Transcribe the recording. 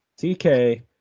TK